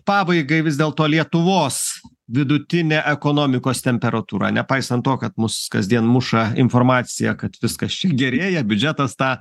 pabaigai vis dėlto lietuvos vidutinė ekonomikos temperatūra nepaisant to kad mus kasdien muša informacija kad viskas čia gerėja biudžetas tą